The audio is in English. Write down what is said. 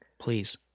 Please